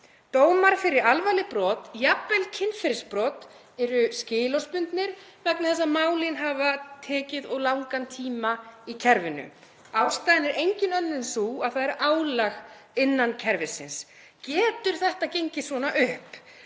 Dómar fyrir alvarleg brot, jafnvel kynferðisbrot, eru skilorðsbundnir vegna þess að málin hafa tekið of langan tíma í kerfinu. Ástæðan er engin önnur en sú að það er álag innan kerfisins. Getur þetta gengið svona upp?